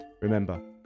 Remember